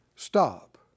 Stop